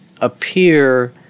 appear